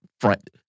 front